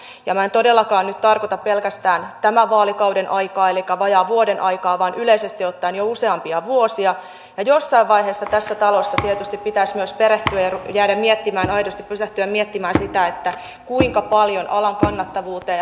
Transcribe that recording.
minä en todellakaan nyt tarkoita pelkästään tämän vaalikauden aikaa elikkä vajaan vuoden aikaa vaan yleisesti ottaen jo useampia vuosia ja jossain vaiheessa tässä talossa tietysti pitäisi myös perehtyä ja pysähtyä miettimään aidosti sitä kuinka paljon tämä kaikki tulee vaikuttamaan jatkossa alan kannattavuuteen ja työllisyyskehitykseen